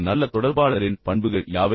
ஒரு நல்ல தொடர்பாளரின் பண்புகள் யாவை